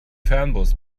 fernbus